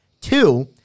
Two